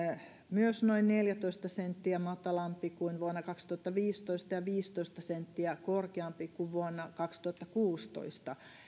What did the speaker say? myös noin neljätoista senttiä matalampi kuin vuonna kaksituhattaviisitoista ja viisitoista senttiä korkeampi kuin vuonna kaksituhattakuusitoista